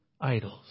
idols